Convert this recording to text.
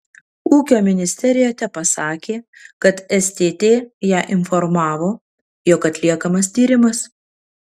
ūkio ministerija tepasakė kad stt ją informavo jog atliekamas tyrimas